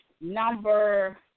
number